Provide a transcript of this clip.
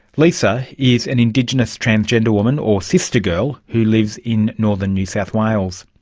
lisa is an indigenous transgender woman or sistergirl who lives in northern new south wales.